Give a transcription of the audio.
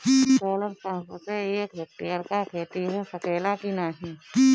Solar pump से एक hectare क खेती हो सकेला की नाहीं?